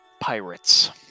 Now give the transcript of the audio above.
pirates